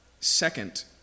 second